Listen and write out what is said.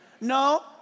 no